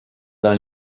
dans